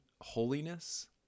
holiness